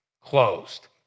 closed